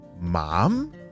Mom